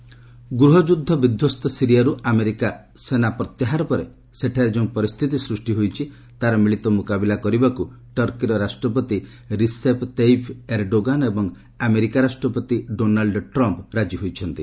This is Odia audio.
ଟର୍କି ୟୁଏସ୍ ସିରିଆ ଗୃହଯୁଦ୍ଧ ବିଧ୍ୱସ୍ତ ସିରିଆରୁ ଆମେରିକା ସୈନ୍ୟଙ୍କ ପ୍ରତ୍ୟାହାର ପରେ ସେଠାରେ ଯେଉଁ ପରିସ୍ଥିତି ସୃଷ୍ଟି ହୋଇଛି ତାହାର ମିଳିତ ମୁକାବିଲା କରିବାକୁ ଟର୍କିର ରାଷ୍ଟ୍ରପତି ରିସେଫ୍ ତେଇଫ୍ ଏର୍ଡୋଗାନ୍ ଏବଂ ଆମେରିକା ରାଷ୍ଟ୍ରପତି ଡୋନାଲ୍ଡ ଟ୍ରମ୍ମ୍ ରାଜି ହୋଇଛନ୍ତି